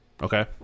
okay